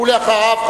ואחריו,